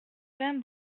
vingt